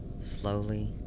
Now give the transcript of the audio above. slowly